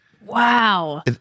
Wow